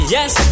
Yes